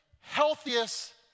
healthiest